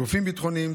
גופים ביטחוניים,